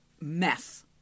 mess